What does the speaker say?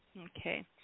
Okay